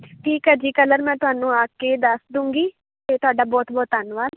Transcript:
ਠੀਕ ਹੈ ਜੀ ਕਲਰ ਮੈਂ ਤੁਹਾਨੂੰ ਆ ਕੇ ਦੱਸ ਦੂੰਗੀ ਅਤੇ ਤੁਹਾਡਾ ਬਹੁਤ ਬਹੁਤ ਧੰਨਵਾਦ